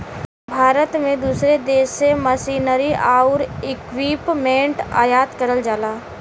भारत में दूसरे देश से मशीनरी आउर इक्विपमेंट आयात करल जाला